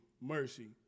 mercy